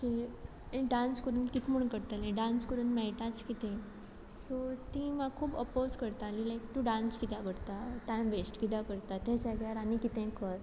की यें डांस करून कित म्हुणू करतलें डांस करून मेळटाच कितें सो तीं म्हाक खूब अपोज करतालीं लायक टूं डांस किद्या करता टायम वेस्ट किद्या करता ते जाग्यार आनी कितें कोर